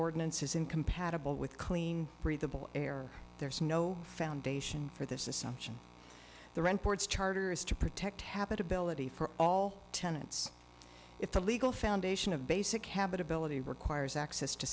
ordinance is incompatible with clean breathable air there's no foundation for this assumption the rent boards charter is to protect habitability for all tenants if the legal foundation of basic habitability requires access to